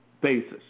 basis